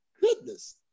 goodness